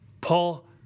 Paul